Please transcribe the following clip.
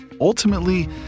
ultimately